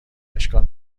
اشکال